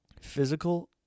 physical